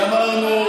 גמרנו.